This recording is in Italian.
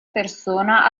persona